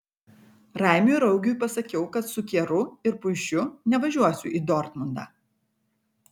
raimiui ir augiui pasakiau kad su kieru ir puišiu nevažiuosiu į dortmundą